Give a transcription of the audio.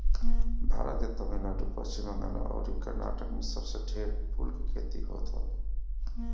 भारत के तमिलनाडु, पश्चिम बंगाल अउरी कर्नाटक में सबसे ढेर फूल के खेती होत हवे